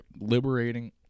liberating